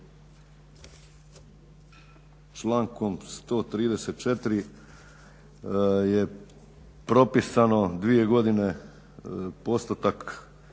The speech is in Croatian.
člankom 134. je propisano dvije godine postotak